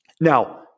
Now